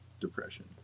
depression